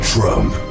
Trump